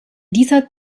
dieser